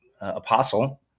apostle